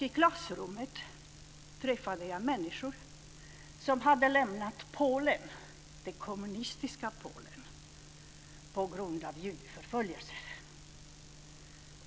I klassrummet träffade jag människor som hade lämnat det kommunistiska Polen på grund av judeförföljelser.